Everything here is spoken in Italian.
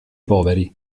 poveri